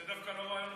זה דווקא לא רעיון,